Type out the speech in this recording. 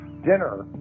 dinner